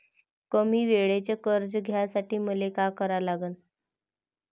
कमी वेळेचं कर्ज घ्यासाठी मले का करा लागन?